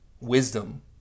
wisdom